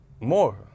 more